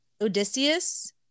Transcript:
Odysseus